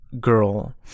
girl